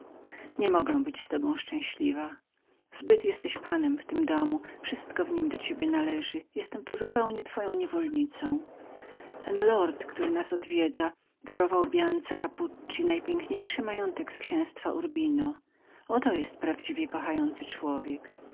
nie mogę być z tobą szczęśliwą zbyt jesteś panem w tym domu wszystko tu do ciebie należy jestem tu zupełnie twoją niewolnicą ten lord który przychodzi do ciebie darował biance capuzzi najpiękniejszy majątek z księztwa urbino oto jest prawdziwie szlachetny człowiek